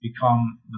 become